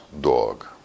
dog